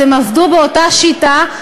אז הם עבדו באותה שיטה,